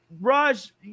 Raj